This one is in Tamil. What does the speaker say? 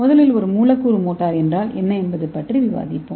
முதலில் ஒரு மூலக்கூறு மோட்டார் என்றால் என்ன என்பது பற்றி விவாதிப்போம்